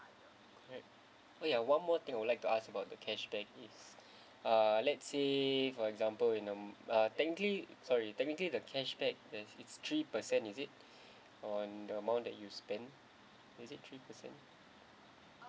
alright oh ya one more thing I would like to ask about the cashback is uh let say for example in a uh technically sorry technically the cashback that is three percent is it on the amount that you spend is it three percent